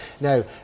now